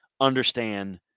Understand